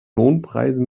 mondpreise